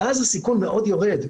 ואז הסיכון מאוד יורד.